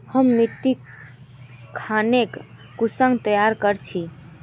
हम मिट्टी खानोक कुंसम तैयार कर छी?